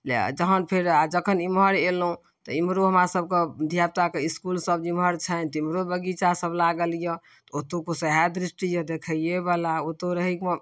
लए जहन फेर आओर जखन एम्हर अएलहुँ तऽ एम्हरो हमरासभके धिआपुताके इसकुलसब जेम्हर छनि तेम्हरो बगीचासब लागल अइ तऽ ओतहुके सेहो दृष्य अइ देखैवला ओतहु रहैमे